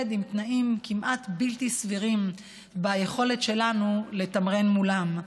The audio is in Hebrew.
עם תנאים כמעט בלתי סבירים ביכולת שלנו לתמרן מולם.